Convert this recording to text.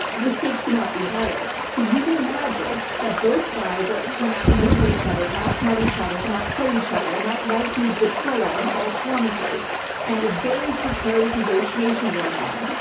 the stakes could not be higher. so you can imagine that both sides are trying to outmaneuver each other and outsmart each other and outplay each other, and that that includes betrayal and false promises and a very precarious negotiation going on.